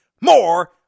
More